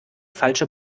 falsche